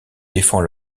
défend